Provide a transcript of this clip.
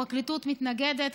הפרקליטות מתנגדת,